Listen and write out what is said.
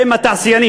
אם התעשיינים,